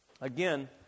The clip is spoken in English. Again